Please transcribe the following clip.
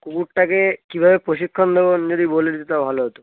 কুকুরটাকে কীভাবে প্রশিক্ষণ দেবো আপনি যদি বলে দিতেন তা ভালো হতো